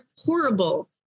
Horrible